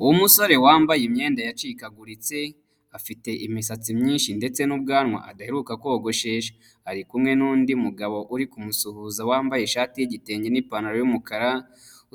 Uwo musore wambaye imyenda yacikaguritse, afite imisatsi myinshi ndetse n'ubwanwa adaheruka kogoshesha. Ari kumwe n'undi mugabo uri kumusuhuza wambaye ishati y'igitenge n'ipantaro y'umukara,